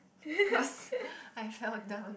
cause I fell down